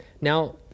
Now